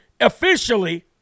officially